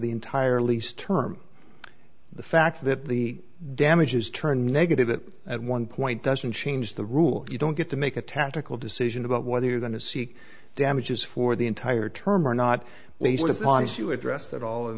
the entire lease term the fact that the damages turned negative that at one point doesn't change the rule you don't get to make a tactical decision about whether you going to seek damages for the entire term or not to address that all in